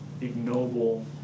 ignoble